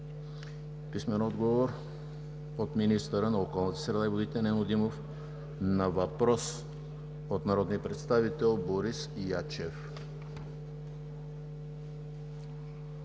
Богданов; - министъра на околната среда и водите Нено Димов на въпрос от народния представител Борис Ячев.